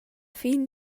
fin